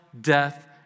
death